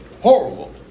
Horrible